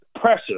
pressure